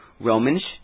Romans